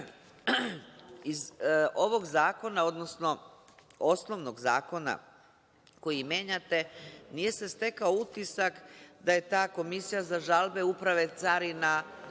ovog zakona, odnosno osnovnog zakona koji menjate, nije se stekao utisak da je ta Komisija za žalbe Uprave carina